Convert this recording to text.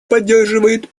поддерживает